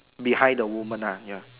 behind the woman uh ya